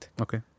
Okay